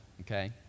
okay